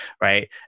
right